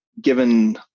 given